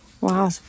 Wow